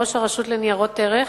ראש הרשות לניירות ערך,